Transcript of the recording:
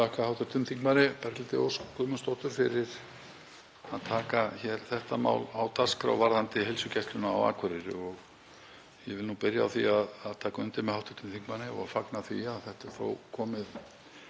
að taka þetta mál á dagskrá varðandi heilsugæsluna á Akureyri. Ég vil byrja á því að taka undir með hv. þingmanni og fagna því að þetta er þó komið